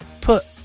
put